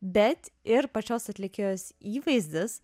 bet ir pačios atlikėjos įvaizdis